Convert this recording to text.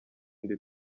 indi